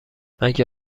مگه